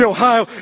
Ohio